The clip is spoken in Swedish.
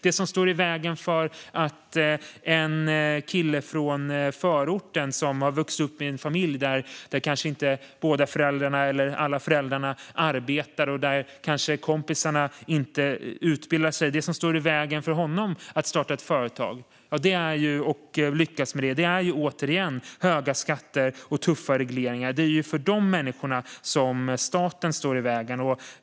Det som står i vägen för att en kille från förorten ska starta ett företag och lyckas med det är återigen höga skatter och tuffa regleringar. Han har kanske vuxit upp i en familj där inte båda föräldrarna arbetar och har kanske kompisar som inte utbildar sig. Det är för dessa människor som staten står i vägen.